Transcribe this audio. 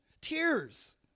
tears